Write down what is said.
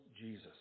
Jesus